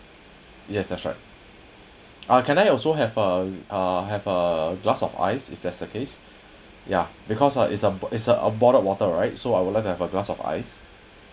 yes that's right ah can I also have a l have a glass of ice if that's the case ya because uh is a is a bottle of water right so I would like to have a glass of ice